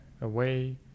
away